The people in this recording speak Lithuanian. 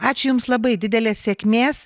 ačiū jums labai didelės sėkmės